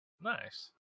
Nice